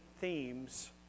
themes